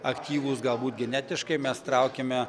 aktyvūs galbūt genetiškai mes traukiame